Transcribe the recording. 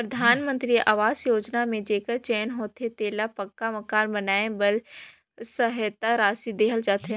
परधानमंतरी अवास योजना में जेकर चयन होथे तेला पक्का मकान बनाए बर सहेता रासि देहल जाथे